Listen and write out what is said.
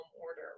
order